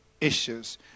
issues